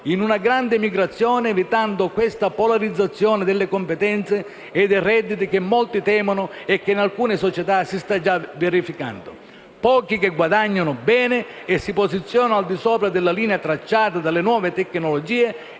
in una grande migrazione, evitando quella polarizzazione delle competenze e dei redditi, che molti temono e che in alcune società si sta già verificando: pochi guadagnano bene e si posizionano al di sopra della linea tracciata dalle nuove tecnologie